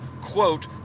quote